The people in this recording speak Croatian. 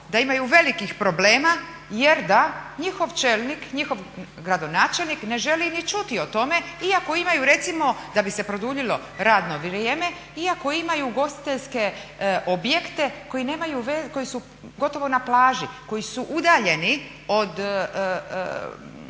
da imaju velikih problema jer da njihov čelnik, njihov gradonačelnik ne želi ni čuti o tome iako imaju recimo da bi se produljilo radno vrijeme, iako imaju ugostiteljske objekte koji nemaju veze, koji su gotovo na plaži, koji su udaljeni od